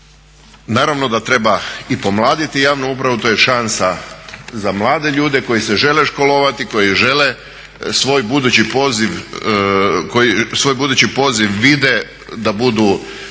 naravno da treba i pomladiti javnu upravu, to je šansa za mlade ljudi koji se žele školovati, koji žele svoj budući poziv i vide da budu